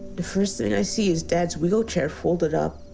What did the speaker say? the first thing i see is dad's wheelchair folded up